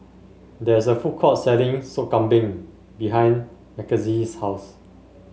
there is a food court selling Sop Kambing behind Makenzie's house